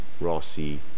Rossi